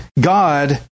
God